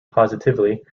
positively